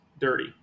dirty